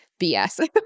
BS